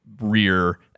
rear